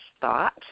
thought